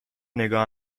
نگاه